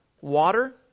water